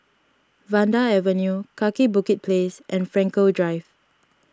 Vanda Avenue Kaki Bukit Place and Frankel Drive